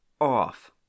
off